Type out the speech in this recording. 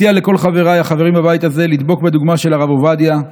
אציע לכל חבריי החברים בבית הזה לדבוק בדוגמה של הרב עובדיה,